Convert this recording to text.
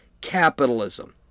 capitalism